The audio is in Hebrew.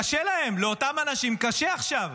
קשה להם, לאותם אנשים קשה עכשיו.